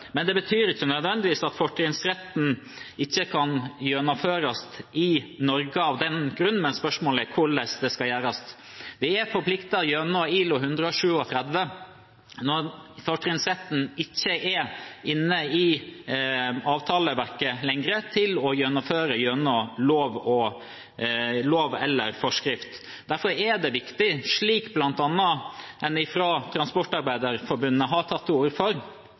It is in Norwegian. Men det betyr ikke nødvendigvis at fortrinnsretten ikke kan gjennomføres i Norge av den grunn, men spørsmålet er hvordan det skal gjøres. Vi er forpliktet gjennom ILO-konvensjon 137, når fortrinnsretten ikke er inne i avtaleverket lenger, til å gjennomføre den gjennom lov eller forskrift. Derfor er det viktig – slik en bl.a. fra Transportarbeiderforbundet har tatt til orde for